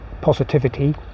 positivity